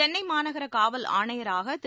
சென்னைமாநகரகாவல் ஆணையராகதிரு